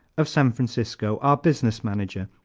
of san francisco, our business manager,